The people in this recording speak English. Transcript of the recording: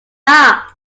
are